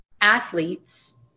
athletes